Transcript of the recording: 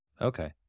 Okay